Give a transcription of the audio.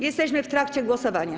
Jesteśmy w trakcie głosowania.